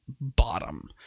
bottom